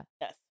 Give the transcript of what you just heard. Yes